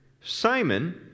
Simon